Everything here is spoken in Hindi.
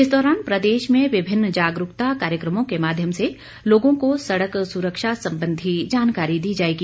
इस दौरान प्रदेश में विभिन्न जागरूकता कार्यक्रमों के माध्यम से लोगों को सड़क सुरक्षा सम्बन्धी जानकारी दी जाएगी